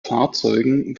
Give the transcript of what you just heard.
fahrzeugen